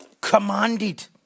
commanded